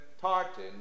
Tartan